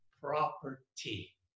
property